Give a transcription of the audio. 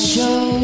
Show